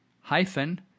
hyphen